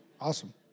Awesome